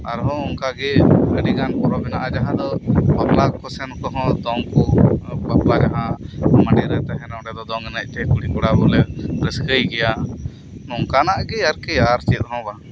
ᱟᱨᱦᱚᱸ ᱚᱱᱠᱟᱜᱮ ᱟᱹᱰᱤᱜᱟᱱ ᱯᱚᱨᱚᱵ ᱢᱮᱱᱟᱜᱼᱟ ᱡᱟᱦᱟᱸ ᱫᱚ ᱵᱯᱞᱟ ᱥᱮᱱᱠᱚᱦᱚᱸ ᱥᱮ ᱫᱚᱝᱠᱚ ᱵᱟᱯᱞᱟ ᱡᱟᱦᱟᱸ ᱢᱟᱸᱰᱮᱨ ᱨᱮ ᱛᱟᱦᱮᱸᱱᱟ ᱚᱸᱰᱮ ᱫᱚ ᱫᱚᱝ ᱮᱱᱮᱡ ᱛᱮ ᱠᱩᱲᱤ ᱠᱚᱲᱟᱠᱚ ᱵᱚᱞᱮ ᱨᱟᱹᱥᱠᱟᱹᱭ ᱜᱮᱭᱟ ᱱᱚᱝᱠᱟᱱᱟᱜ ᱜᱮ ᱟᱨ ᱪᱮᱫᱦᱚᱸ ᱵᱟᱝ